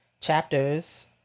chapters